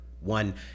one